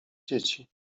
dzieci